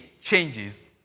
changes